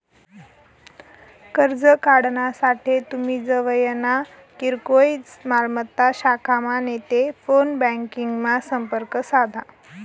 कर्ज काढानासाठे तुमी जवयना किरकोय मालमत्ता शाखामा नैते फोन ब्यांकिंगमा संपर्क साधा